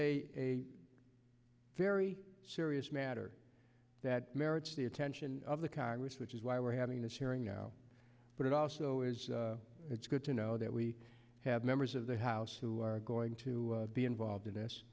a very serious matter that merits the attention of the congress which is why we're having this hearing now but it also is it's good to know that we have members of the house who are going to be involved in